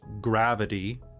gravity